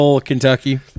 Kentucky